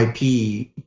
IP